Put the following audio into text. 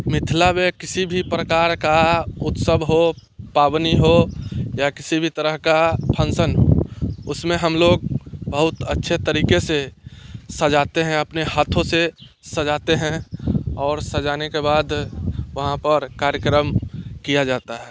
मिथिला में किसी भी प्रकार का उत्सव हो पावनी हो या किसी भी तरह का फंक्शन हो उसमें हम लोग बहुत अच्छे तरीके से सजाते हैं अपने हाथों से सजाते हैं और सजाने के बाद वहाँ पर कार्यक्रम किया जाता है